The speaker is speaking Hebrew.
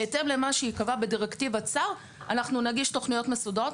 בהתאם למה שייקבע בדירקטיבת שר אנחנו נגיד תוכניות מסודות,